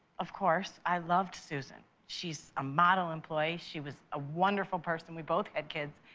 of course, i loved susan. she's a model employee, she was a wonderful person. we both had kids.